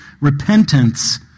repentance